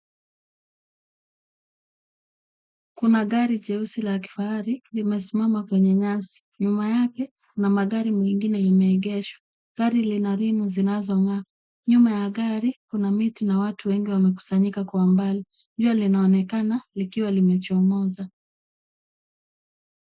Kuna gari jeusi la kifahari limesimama kwenye nyasi. Nyuma yake kuna magari mengine imeegeshwa. Gari lina rimu zinazong'aa. Nyuma ya gari kuna miti na watu wengi wamekusanyika kwa mbali. Jua linaonekana likiwa limechomoza.